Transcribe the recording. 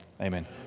Amen